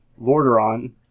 Lordaeron